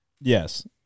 Yes